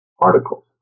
particles